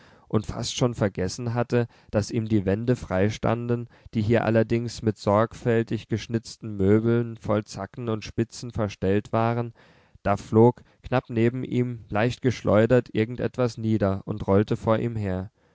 und fast schon vergessen hatte daß ihm die wände freistanden die hier allerdings mit sorgfältig geschnitzten möbeln voll zacken und spitzen verstellt waren da flog knapp neben ihm leicht geschleudert irgend etwas nieder und rollte vor ihm her